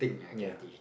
ya